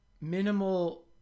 minimal